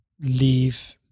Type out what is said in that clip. leave